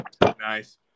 nice